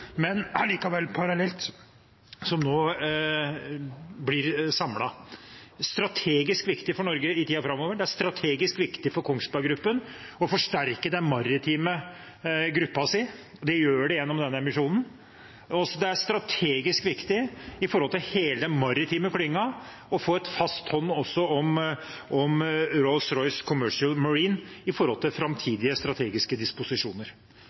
men likevel parallelt, som nå blir samlet. Det er strategisk viktig for Norge i tiden framover, det er strategisk viktig for Kongsberg Gruppen å forsterke den maritime gruppen sin – det gjør de gjennom denne emisjonen – og det er strategisk viktig for hele den maritime klyngen å få en fast hånd om Rolls-Royce Commercial Marine med tanke på framtidige strategiske disposisjoner.